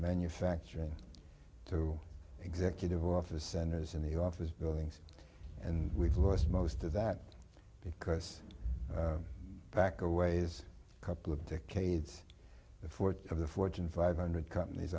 manufacturing to executive office centers in the office buildings and we've lost most of that because back a ways couple of decades the ford of the fortune five hundred companies